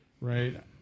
Right